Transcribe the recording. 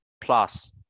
plus